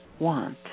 want